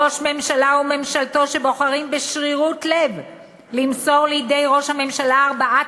ראש ממשלה וממשלתו שבוחרים בשרירות לב למסור לידי ראש הממשלה ארבעה